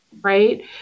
Right